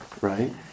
Right